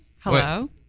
Hello